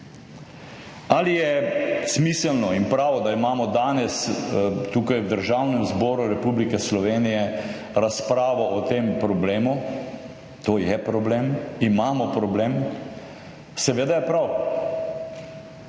Ali je smiselno in prav, da imamo danes tukaj v Državnem zboru Republike Slovenije razpravo o tem problemu? To je problem, imamo problem. Seveda je prav,